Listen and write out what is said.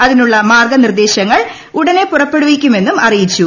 അതിനുള്ള മാർഗ നിർദേശങ്ങൾ ഉടനെ പുറപ്പെടുവിക്കുമെന്നും അറിയിച്ചു